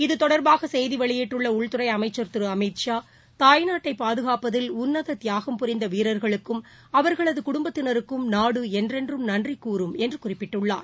இது தொடர்பாக செய்தி வெளியிட்டுள்ள உள்துறை அமைச்சர் திரு அமித்ஷா தாய்நாட்டை பாதுகாப்பதில் உன்னத தியாகம் புரிந்த வீரர்களுக்கும் அவர்களது குடும்பத்தினருக்கும் நாடு என்றென்றும் நன்றி கூறும் என்று குறிப்பிட்டுள்ளார்